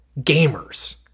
gamers